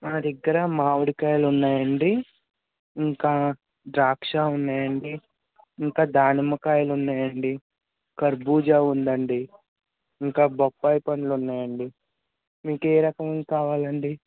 మా దగ్గర మామిడికాయలు ఉన్నాయండి ఇంకా ద్రాక్ష ఉన్నాయండి ఇంకా దానిమ్మకాయలు ఉన్నాయండి ఖర్భుజా ఉందండి ఇంకా బొప్పాయి పండ్లు ఉన్నాయండి మీకు ఏ రకం కావాలండి